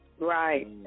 right